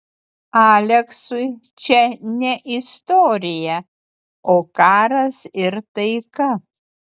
aleksui čia ne istorija o karas ir taika